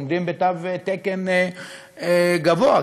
עומדים בתו תקן גבוה,